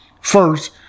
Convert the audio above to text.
First